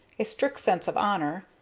a strict sense of honor,